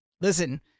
listen